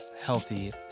healthy